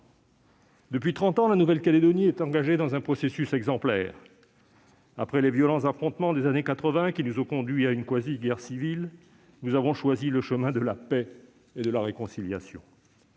depuis trente ans, la Nouvelle-Calédonie est engagée dans un processus exemplaire. Après les violents affrontements des années 1980, qui nous ont conduits à une quasi-guerre civile, nous avons choisi le chemin de la paix et de la réconciliation.